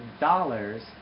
dollars